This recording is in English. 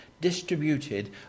distributed